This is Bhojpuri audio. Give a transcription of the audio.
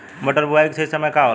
मटर बुआई के सही समय का होला?